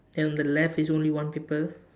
then on the left is only one paper